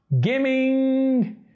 Gaming